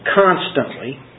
constantly